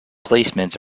placements